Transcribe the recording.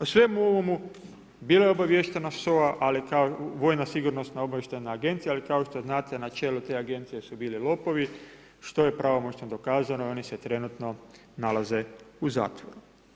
O svemu ovomu, bila je obavještena SOA ali kao vojna-sigurnosna obavještajna agencija ali kao što znate, na čelu te agencije su bili lopovi što je pravomoćno dokazano, ni se trenutno nalaze u zatvoru.